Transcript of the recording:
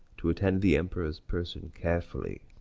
to attend the emperor's person carefully.